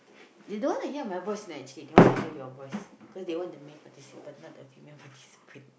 they don't want to hear my voice leh actually they want to hear your voice cause they want the male participant not the female participant